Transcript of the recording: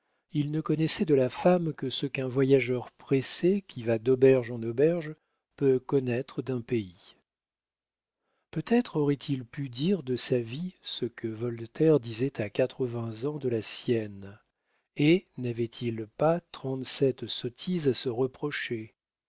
il ne connaissait de la femme que ce qu'un voyageur pressé qui va d'auberge en auberge peut connaître d'un pays peut-être aurait-il pu dire de sa vie ce que voltaire disait à quatre-vingts ans de la sienne et n'avait-il pas trente-sept sottises à se reprocher